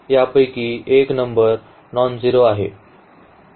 यापैकी एक number nonzero आहे